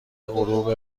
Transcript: غروب